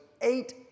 eight